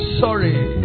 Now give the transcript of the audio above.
sorry